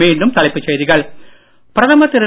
மீண்டும் தலைப்புச் செய்திகள் பிரதமர் திரு